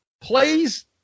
plays